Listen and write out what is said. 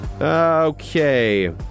Okay